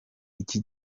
iki